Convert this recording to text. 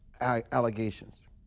allegations